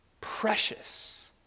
Precious